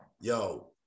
yo